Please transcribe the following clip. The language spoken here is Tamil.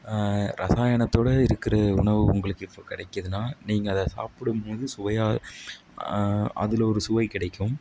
ரசாயனத்தோடு இருக்கிற உணவு உங்களுக்கு இப்போ கிடைக்கிதுனா நீங்கள் அதை சாப்பிடும் போது சுவையாக அதில் ஒரு சுவை கிடைக்கும்